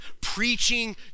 preaching